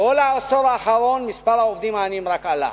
בכל העשור האחרון מספר העובדים העניים רק עלה.